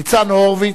ניצן הורוביץ,